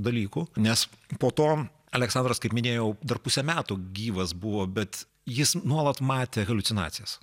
dalykų nes po to aleksandras kaip minėjau dar pusę metų gyvas buvo bet jis nuolat matė haliucinacijas